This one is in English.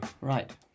right